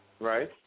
Right